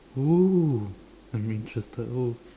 who I'm interested who